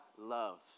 love